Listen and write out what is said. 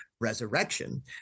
resurrection